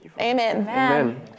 Amen